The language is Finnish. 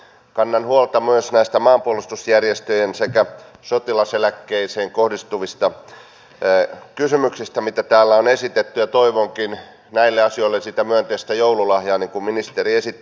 kannan huolta myös maanpuolustusjärjestöihin sekä sotilaseläkkeeseen kohdistuvista kysymyksistä mitä täällä on esitetty ja toivonkin näille asioille sitä myönteistä joululahjaa niin kuin ministeri esitti